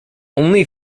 only